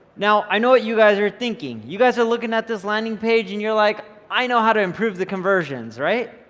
now, i know what you guys are thinking. you guys are looking at this landing page and you're like, i know how to improve the conversions, right?